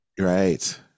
Right